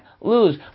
lose